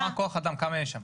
מה הכח אדם, כמה יש שם?